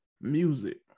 music